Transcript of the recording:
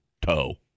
toe